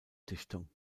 dichtung